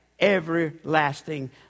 everlasting